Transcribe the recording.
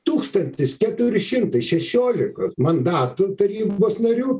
tūkstantis keturi šimtai šešiolikos mandatų tarybos narių